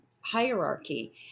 hierarchy